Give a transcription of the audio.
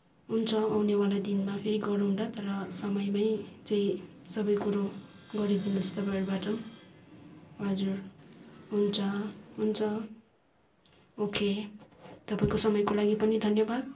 हुन्छ आउनेवाला दिनमा फेरि गरौँला तर समयमै चाहिँ सबै कुरो गरिदिनुहोस् तपाईँहरूबाट हजुर हुन्छ हुन्छ ओके तपाईँको समयको लागि पनि धन्यवाद